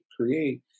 create